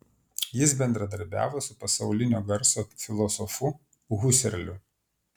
jis bendradarbiavo su pasaulinio garso filosofu huserliu